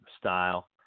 style